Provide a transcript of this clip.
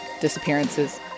disappearances